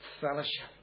fellowship